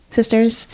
sisters